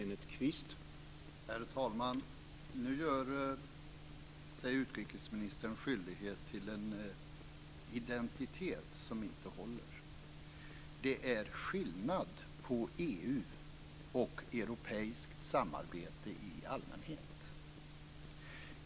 Herr talman! Nu gör sig utrikesministern skyldig till en identitet som inte håller. Det är skillnad på EU och europeiskt samarbete i allmänhet.